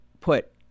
put